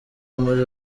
muri